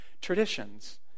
traditions